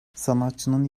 sanatçının